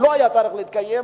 שלא היה צריך להתקיים.